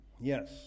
Yes